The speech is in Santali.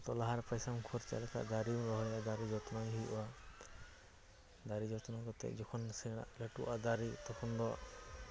ᱯᱚᱛᱷᱚᱢᱚᱛᱚ ᱞᱟᱦᱟᱨᱮ ᱯᱟᱭᱥᱟ ᱠᱷᱚᱨᱪᱟ ᱞᱮᱠᱷᱟᱱ ᱫᱟᱨᱮᱢ ᱨᱚᱦᱚᱭ ᱫᱟᱨᱮ ᱡᱚᱛᱱᱚᱭ ᱦᱩᱭᱩᱜᱼᱟ ᱫᱟᱨᱮ ᱡᱚᱛᱱᱚ ᱠᱟᱛᱮᱫ ᱡᱚᱠᱷᱚᱱ ᱥᱮᱬᱟᱜ ᱞᱟᱹᱴᱩᱜᱼᱟ ᱫᱟᱨᱮ ᱛᱚᱠᱷᱚᱱ ᱫᱚ